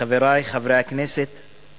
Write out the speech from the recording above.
חברי חברי הכנסת,